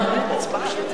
תצביע.